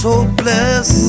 Hopeless